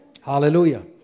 Hallelujah